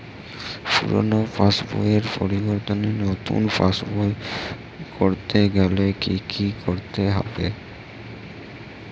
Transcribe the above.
পুরানো পাশবইয়ের পরিবর্তে নতুন পাশবই ক রতে গেলে কি কি করতে হবে?